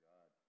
God